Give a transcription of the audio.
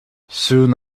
soon